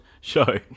show